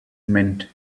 meant